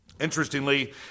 Interestingly